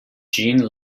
jeanne